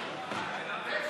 מנוחה),